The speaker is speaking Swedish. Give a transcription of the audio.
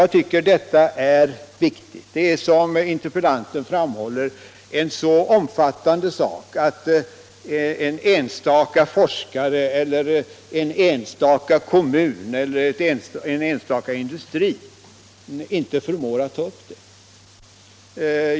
Jag tycker att det är viktigt. Detta är, som interpellanten framhåller, en så omfattande fråga att en enstaka forskare, en enstaka kommun eller en enstaka industri inte förmår att ta upp den.